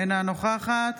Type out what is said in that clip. אינה נוכחת